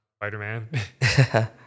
Spider-Man